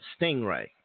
stingray